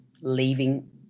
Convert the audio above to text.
leaving